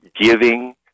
giving